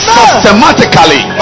systematically